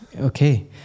Okay